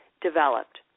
developed